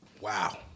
Wow